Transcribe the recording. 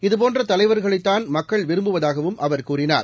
இதுபோன்றதலைவர்களைத்தான் மக்கள் விரும்புவதாகவும் அவர் கூறினார்